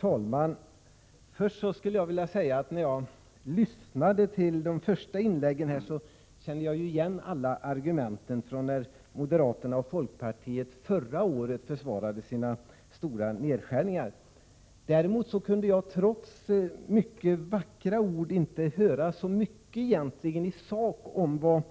Herr talman! När jag lyssnade till de första inläggen kände jag igen alla argument från när moderaterna och folkpartiet förra året försvarade sina stora nedskärningar. Däremot kunde jag, trots mycket vackra ord, inte uppfatta så mycket i sak vad